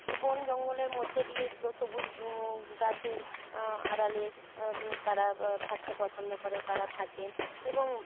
এ বন জঙ্গলের মধ্যে দিয়ে গ্ সবুজ গাছের আড়ালে তারা থাকতে পছন্দ করে তারা থাকে এবং